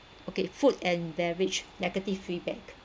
okay food and beverage negative feedback